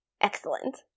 Excellent